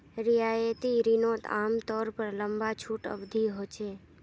रियायती रिनोत आमतौर पर लंबा छुट अवधी होचे